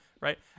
right